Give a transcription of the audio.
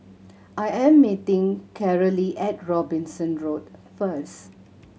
I am meeting Carolee at Robinson Road first